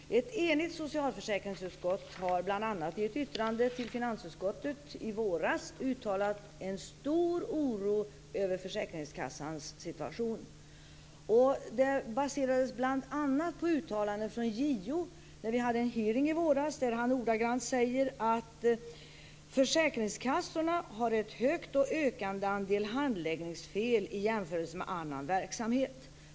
Herr talman! Jag har en fråga till socialförsäkringsministern. Ett enigt socialförsäkringsutskott har bl.a. i ett yttrande till finansutskottet i våras uttalat en stor oro över försäkringskassans situation. Detta baserades bl.a. på uttalanden från JO när vi hade en hearing i våras. Då sade han ordagrant att försäkringskassorna har en hög och ökande andel handläggningsfel i jämförelse med annan verksamhet.